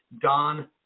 Don